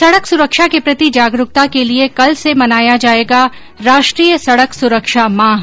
सडक सुरक्षा के प्रति जागरूकता के लिये कल से मनाया जायेगा राष्ट्रीय सडक सुरक्षा माह